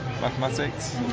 mathematics